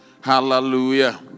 Hallelujah